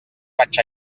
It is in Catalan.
vaig